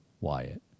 Wyatt